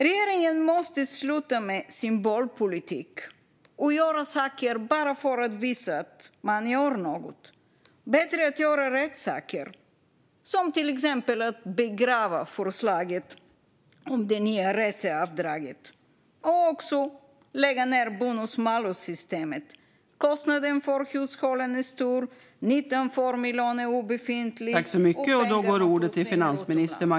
Regeringen måste sluta med symbolpolitik och att göra saker bara för att visa att man gör något. Det är bättre att göra rätt saker, till exempel begrava förslaget om det nya reseavdraget och lägga ned bonus-malus-systemet. Kostnaden för hushållen är stor, nyttan för miljön är obefintlig och pengarna försvinner utomlands.